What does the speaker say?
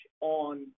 on